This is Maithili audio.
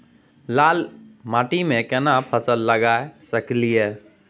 लाल माटी में केना फसल लगा सकलिए?